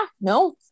no